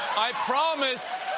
i promise,